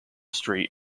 street